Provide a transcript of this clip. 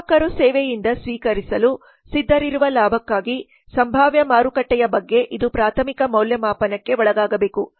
ಗ್ರಾಹಕರು ಸೇವೆಯಿಂದ ಸ್ವೀಕರಿಸಲು ಸಿದ್ಧರಿರುವ ಲಾಭಕ್ಕಾಗಿ ಸಂಭಾವ್ಯ ಮಾರುಕಟ್ಟೆಯ ಬಗ್ಗೆ ಇದು ಪ್ರಾಥಮಿಕ ಮೌಲ್ಯಮಾಪನಕ್ಕೆ ಒಳಗಾಗಬೇಕು